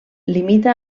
limita